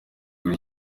muri